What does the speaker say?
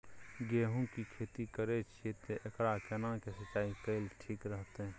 गेहूं की खेती करे छिये ते एकरा केना के सिंचाई कैल ठीक रहते?